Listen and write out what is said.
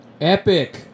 Epic